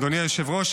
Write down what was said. אדוני היושב-ראש,